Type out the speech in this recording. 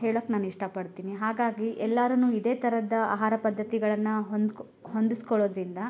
ಹೇಳಕ್ಕೆ ನಾನು ಇಷ್ಟಪಡ್ತೀನಿ ಹಾಗಾಗಿ ಎಲ್ಲಾರುನು ಇದೇ ಥರದ ಆಹಾರ ಪದ್ಧತಿಗಳನ್ನ ಹೊಂದ್ಕೊ ಹೊಂದಿಸ್ಕೊಳೋದರಿಂದ